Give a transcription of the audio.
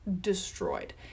destroyed